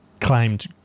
claimed